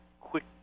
quick